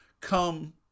come